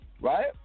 right